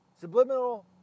Subliminal